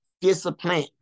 discipline